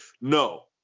No